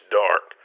dark